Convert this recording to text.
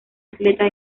atleta